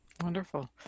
Wonderful